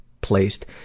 placed